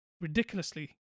ridiculously